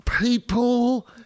People